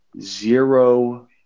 zero